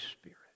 Spirit